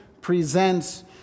presents